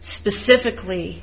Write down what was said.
specifically